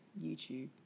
YouTube